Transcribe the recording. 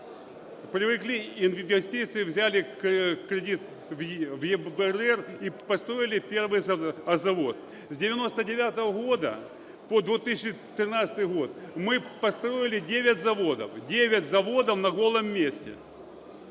привлекли инвестиции, взяли кредит в ЕБРР и построили первый завод. С 99-го года по 2013 год мы построили 9 заводов, 9 заводов на голом месте,